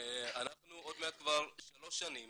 ואנחנו עוד מעט כבר שלוש שנים